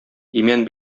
имән